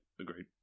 agreed